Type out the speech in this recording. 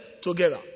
together